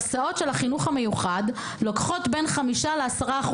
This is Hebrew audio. ההסעות של החינוך המיוחד לוקחות 5%-10%,